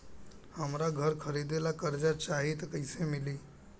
हमरा घर खरीदे ला कर्जा चाही त कैसे मिली?